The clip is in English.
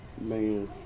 Man